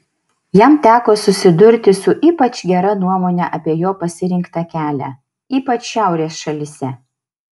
jam teko susidurti su ypač gera nuomone apie jo pasirinktą kelią ypač šiaurės šalyse